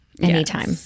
anytime